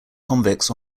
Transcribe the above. convicts